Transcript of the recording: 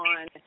on